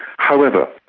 however,